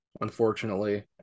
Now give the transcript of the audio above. unfortunately